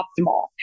optimal